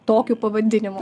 tokiu pavadinimu